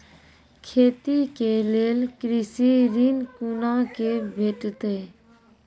खेती के लेल कृषि ऋण कुना के भेंटते?